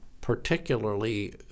particularly